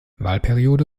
wahlperiode